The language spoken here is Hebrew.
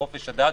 חופש הדת,